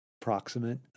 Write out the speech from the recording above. proximate